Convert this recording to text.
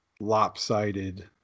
lopsided